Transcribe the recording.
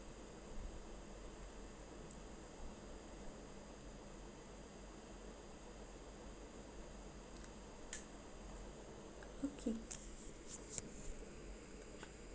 okay